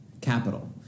capital